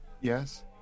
Yes